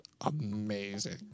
amazing